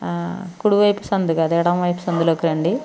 కుడివైపు సందు కాదు ఎడమవైపు సందులోకి రండి